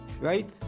right